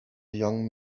young